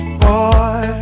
boy